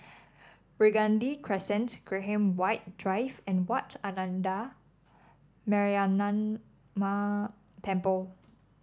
Burgundy Crescent Graham White Drive and Wat Ananda Metyarama Temple